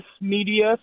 media